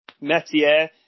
Metier